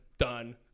Done